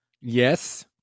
yes